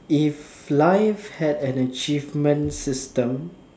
if life had an achievement system